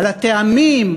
על הטעמים,